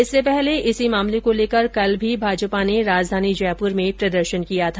इससे पहले इसी मामले को लेकर कल भी भाजपा ने राजधानी जयपुर में प्रदर्शन किया था